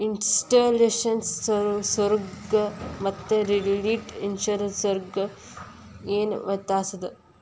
ಇನ್ಸ್ಟಿಟ್ಯೂಷ್ನಲಿನ್ವೆಸ್ಟರ್ಸ್ಗು ಮತ್ತ ರಿಟೇಲ್ ಇನ್ವೆಸ್ಟರ್ಸ್ಗು ಏನ್ ವ್ಯತ್ಯಾಸದ?